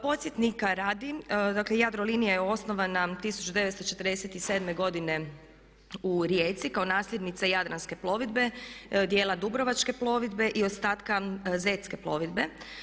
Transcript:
Podsjetnika radi, dakle Jadrolinija je osnovana 1947. godine u Rijeci kao nasljednica Jadranske plovidbe, dijela Dubrovačke plovidbe i ostatka Zetske plovidbe.